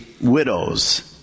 widows